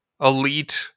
Elite